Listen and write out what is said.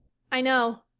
i know.